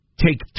take